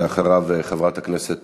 אחריו, חברת הכנסת